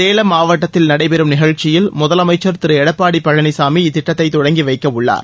சேலம் மாவட்டத்தில் நடைபெறும் நிகழ்ச்சியில் முதலமைச்சர் திரு எடப்பாடி பழனிசாமி இத்திட்டத்தை தொடங்கி வைக்க உள்ளார்